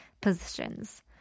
positions